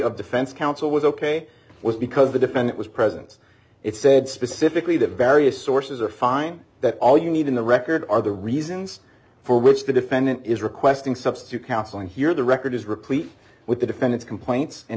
of defense counsel was ok was because the defendant was present it said specifically the various sources are fine that all you need in the record are the reasons for which the defendant is requesting substitute counseling here the record is replete with the defendant's complaints and